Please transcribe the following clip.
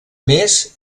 més